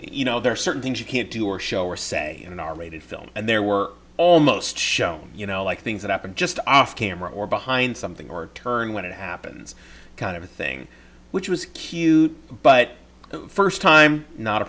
you know there are certain things you can't do or show or say in an r rated film and there were almost shown you know like things that happened just off camera or behind something or turn when it happens kind of a thing which was cute but the first time not a